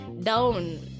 down